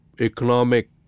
economic